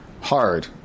hard